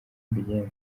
mbigenza